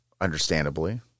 understandably